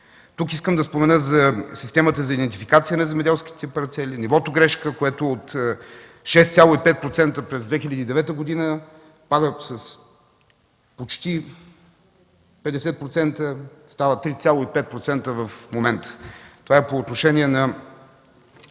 Тук искам да спомена за системата за идентификация на земеделските парцели, нивото грешка, което от 6,5% през 2009 г. пада почти 50% и става 3,5% в момента. Това е по отношение на